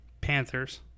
Panthers